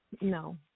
no